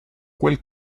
quel